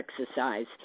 exercise